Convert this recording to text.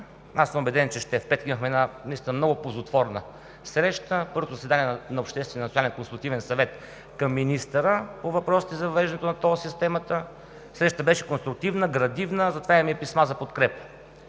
аз съм убеден – в петък имахме една наистина много ползотворна среща на първото заседание на Обществения национален консултативен съвет към министъра по въпросите за въвеждането на тол системата, срещата беше конструктивна, градивна, затова имаме и писма за подкрепа